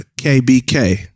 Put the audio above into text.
KBK